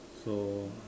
so